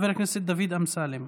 חבר הכנסת דוד אמסלם.